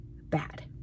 bad